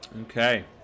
Okay